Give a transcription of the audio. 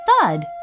thud